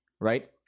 right